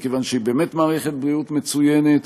מכיוון שהיא באמת מערכת בריאות מצוינת,